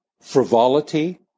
frivolity